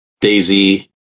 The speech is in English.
Daisy